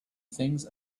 things